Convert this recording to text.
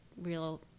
real